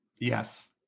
Yes